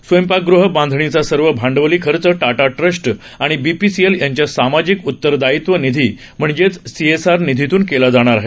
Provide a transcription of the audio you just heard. स्वयंपाकगृह बांधणीचा सर्व भांडवली खर्च टाटा ट्रस्ट आणि बीपीसीएल यांच्या सामाजिक उत्तरदायित्व निधी म्हणजेच सीएसआर निधीतून केला जाणार आहे